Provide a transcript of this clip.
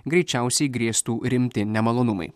greičiausiai grėstų rimti nemalonumai